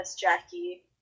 Jackie